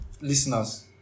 listeners